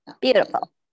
Beautiful